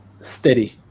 steady